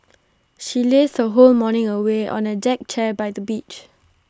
she lazed her whole morning away on A deck chair by the beach